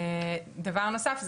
דבר נוסף,